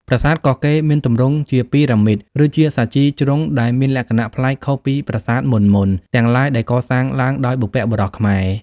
ប្រាសាទកោះកេរមានទម្រង់ជាពីរ៉ាមីត ឬជាសាជី ជ្រុងដែលមានលក្ខណៈប្លែកខុសពីប្រាសាទមុនៗ ទាំងឡាយដែលកសាងឡើងដោយ បុព្វបុរសខ្មែរ ។